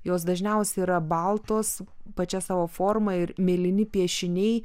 jos dažniausiai yra baltos pačia savo forma ir mėlyni piešiniai